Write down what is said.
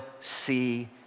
see